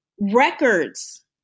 Records